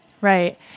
Right